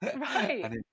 right